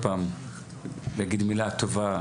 נגיד מילה טובה